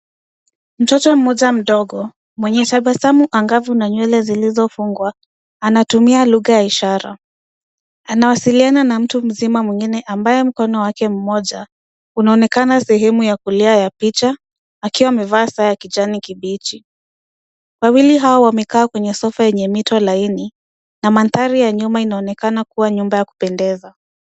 Mtoto mmoja mdomo mwenye tabasamu angavu na nywele ziizofungwa anatumia lugha ya ishara. Anawasiliana na mtu mzima mwingine ambaye mkono mmoja unaonekana sehemu ya kulia ya picha akiwa amevaa saa ya kijani kibichi. Wawili hao wamekaa kwenye sofa yenye mito laini na mandhari ya nyuma inaonekana kuwa nyumba ya kupendeza.